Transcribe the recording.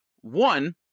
One